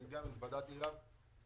אני גם התוודעתי אליו.